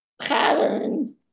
pattern